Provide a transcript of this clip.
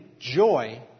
joy